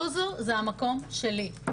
זוזו, זה המקום שלי.